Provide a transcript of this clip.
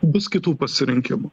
bus kitų pasirinkimų pone